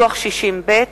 דוח 60ב,